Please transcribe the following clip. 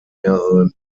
mehreren